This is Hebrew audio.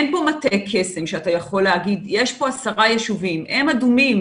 אין פה מטה קסם שאתה יכול להגיד שיש פה עשרה יישובים שהם אדומים,